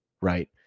right